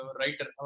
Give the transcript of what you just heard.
writer